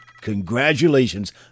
Congratulations